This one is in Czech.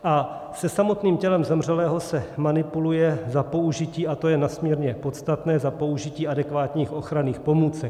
A se samotným tělem zemřelého se manipuluje za použití, a to je nesmírně podstatné, za použití adekvátních ochranných pomůcek.